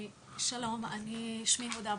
שלום, שמי הודא אבו-עביד,